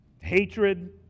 hatred